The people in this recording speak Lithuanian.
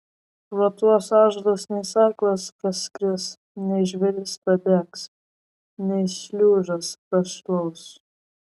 pro tuos ąžuolus nei sakalas praskris nei žvėris prabėgs nei šliužas prašliauš